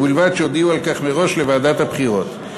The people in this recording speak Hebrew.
ובלבד שהודיעו על כך מראש לוועדת הבחירות.